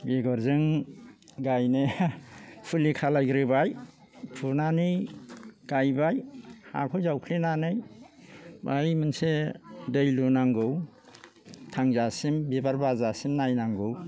बेगरजों गायनाया फुलि खालायग्रोबाय फुनानै गायबाय हाखौ जावफ्लेनानै बाहाय मोनसे दै लुनांगौ थांजासिम बिबार बारजासिम नायनांगौ